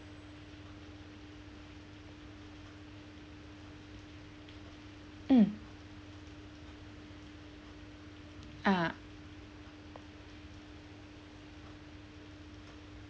mm ah